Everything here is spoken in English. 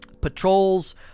patrols